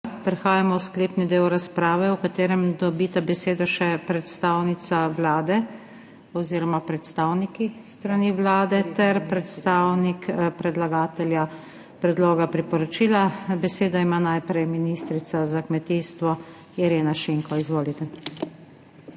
Prehajamo v sklepni del razprave v katerem dobita besedo še predstavnica Vlade oziroma predstavniki s strani Vlade ter predstavnik predlagatelja predloga priporočila. Besedo ima najprej ministrica za kmetijstvo, Irena Šinko, izvolite.